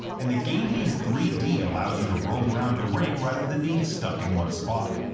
and the game being three d allows you to roam around the ring rather than being stuck in one spot.